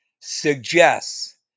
suggests